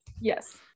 Yes